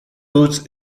woods